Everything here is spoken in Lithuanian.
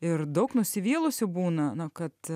ir daug nusivylusių būna na kad